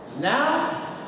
Now